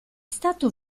stato